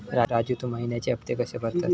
राजू, तू महिन्याचे हफ्ते कशे भरतंस?